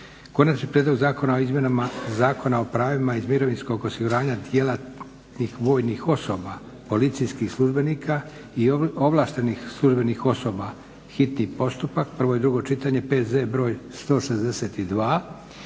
Konačni prijedlog zakona o izmjenama Zakona o pravima iz mirovinskog osiguranja djelatnih vojnih osoba, policijskih službenika i ovlaštenih službenih osoba, hitni postupak, prvi i drugo čitanje, PZ br. 162,